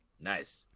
Nice